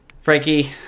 Frankie